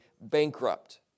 bankrupt